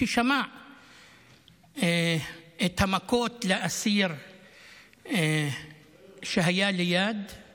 ששמע את המכות לאסיר שהיה לידו